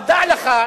אבל דע לך,